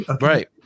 Right